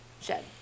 shed